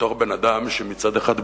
בתור בן-אדם שמצד אחד בנו,